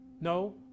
No